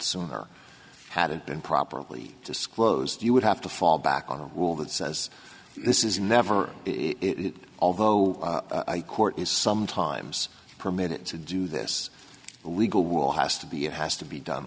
sooner had it been properly disclosed you would have to fall back on a rule that says this is never it although court is sometimes permitted to do this legal will has to be it has to be done